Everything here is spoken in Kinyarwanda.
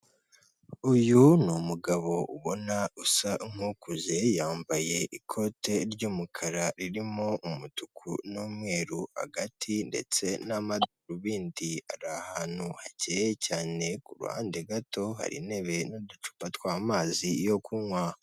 Uyu ni umugabo ubona usa nk'ukuze yambaye ikote ry'umukara ririmo umutuku n'umweru hagati ndetse n'amarubindi, ari ahantu hakeye cyane ku ruhande gato hari intebe n'uducupa tw'amazi yo kunywa.